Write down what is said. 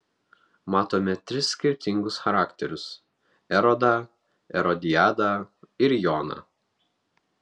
matome tris skirtingus charakterius erodą erodiadą ir joną